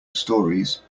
storeys